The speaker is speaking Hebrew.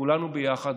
כולנו ביחד,